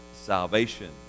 salvation